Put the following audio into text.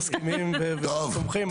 אנחנו לגמרי מסכימים ותומכים.